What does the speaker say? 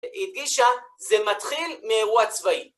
היא הדגישה זה מתחיל מאירוע צבאי.